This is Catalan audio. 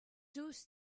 just